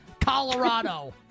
Colorado